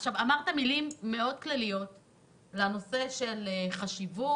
אמרת מילים מאוד כלליות לנושא של חשיבות